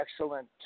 excellent